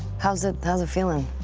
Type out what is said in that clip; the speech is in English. how's it how's it feeling?